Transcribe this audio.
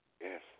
Yes